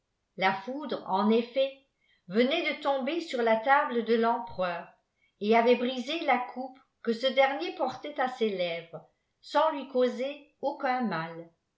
la foudre en effets venait de tomber sur la tablé de l'empereur et avait brisé la coupe que ce dernier portait à ses lèvres sans lui causer aucun mal